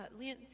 Lance